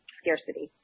scarcity